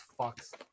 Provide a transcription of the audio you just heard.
fucks